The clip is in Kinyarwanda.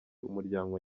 umuryango